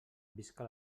visca